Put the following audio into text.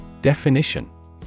Definition